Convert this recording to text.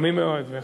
שירות)